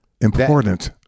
Important